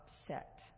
upset